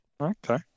Okay